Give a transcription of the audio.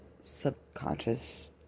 subconscious